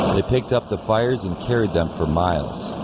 they picked up the fires and carried them for miles